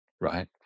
right